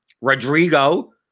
Rodrigo